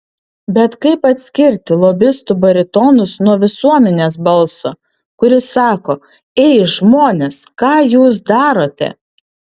bet kaip atskirti lobistų baritonus nuo visuomenės balso kuris sako ei žmonės ką jūs darote